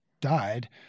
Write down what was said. died